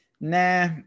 nah